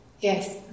Yes